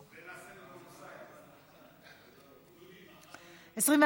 חברת הכנסת נורית קורן,